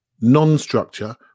non-structure